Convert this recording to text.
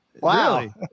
wow